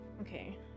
Okay